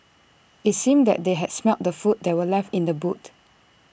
IT seemed that they had smelt the food that were left in the boot